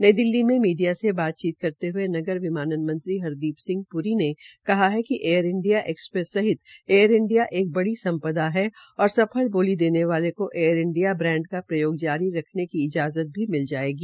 नई दिल्ली में मीडिया से बातचीत करते हये नगर विमानन मंत्री हरिदीप सिंह प्री ने कहा है कि एयर इंडिया एक्सप्रेस सहित एयर इंडिया एक बड़ी संप्दा है और सफल बोली देने वालों को एयर इंडिया ब्रैंड का प्रयोग जारी रखने की इजाज़त भी मिल जायेगी